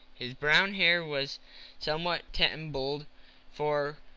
his brown hair was somewhat tumbled for,